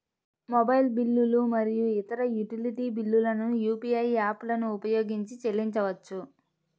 mobile బిల్లులు మరియు ఇతర యుటిలిటీ బిల్లులను యూ.పీ.ఐ యాప్లను ఉపయోగించి చెల్లించవచ్చు